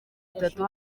itatu